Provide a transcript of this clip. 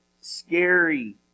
scary